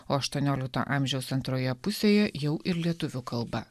o aštuoniolikto amžiaus antroje pusėje jau ir lietuvių kalba